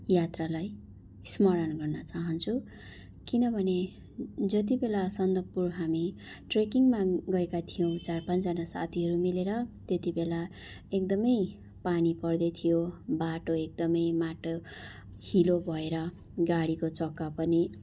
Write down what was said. यात्रालाई स्मरण गर्न चाहान्छु किनभने जति बेला सन्दकपू हामी ट्रेकिङमा गएका थियौँ चार पाँचजना साथीहरू मिलेर त्यतिबेला एकदमै पानी पर्दैथ्यो बाटो एकदमै माटो हिलो भएर गाडीको चक्का पनि